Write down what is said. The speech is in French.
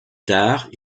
tard